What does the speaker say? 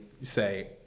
say